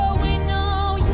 we know